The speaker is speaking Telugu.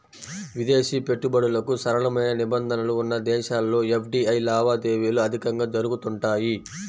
విదేశీ పెట్టుబడులకు సరళమైన నిబంధనలు ఉన్న దేశాల్లో ఎఫ్డీఐ లావాదేవీలు అధికంగా జరుగుతుంటాయి